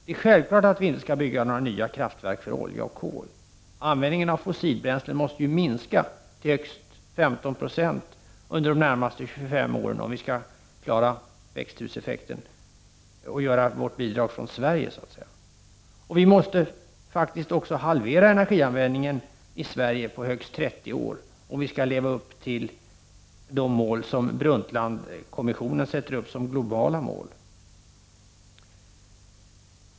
Det är självklart att vi inte skall bygga några nya kraftverk för olja och kol. Användningen av fossilbränslen måste ju minska till högst 15 96 under de närmaste 25 åren, om vi skall klara växthuseffekten och ge vårt bidrag från Sverige. Och vi måste faktiskt också halvera energianvändningen i Sverige på högst 30 år, om vi skall leva upp till de mål som Brundtlandkommissionen sätter upp som globala mål.